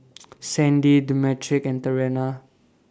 Sandie Demetric and Trena